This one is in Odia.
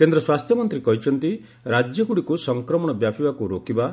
କେନ୍ଦ୍ର ସ୍ୱାସ୍ଥ୍ୟ ମନ୍ତ୍ରୀ କହିଛନ୍ତି ରାଜ୍ୟଗୁଡ଼ିକୁ ସଂକ୍ରମଣ ବ୍ୟାପିବାକୁ ରୋକିବା